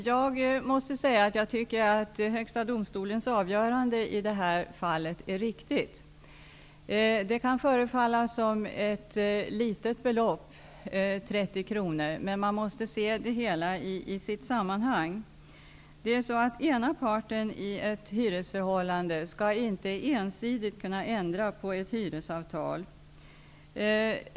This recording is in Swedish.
Fru talman! Jag tycker att Högsta domstolens avgörande i det här fallet är riktigt. Beloppet 30 kr kan förefalla litet, men man måste se det hela i sitt sammanhang. Ena parten i ett hyresförhållande skall inte ensidigt kunna ändra på ett hyresavtal.